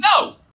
No